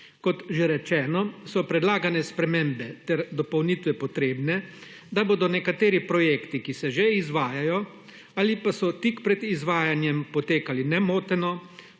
Kot že rečeno, so predlagane spremembe, ter dopolnitve, potrebne, da bodo nekateri projekti, ki se že izvajajo ali pa so tik pred izvajanjem, potekali nemoteno,